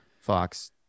Fox